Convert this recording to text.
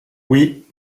oui